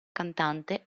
cantante